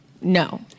No